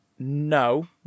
No